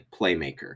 playmaker